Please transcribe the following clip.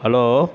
hello